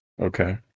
Okay